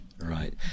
right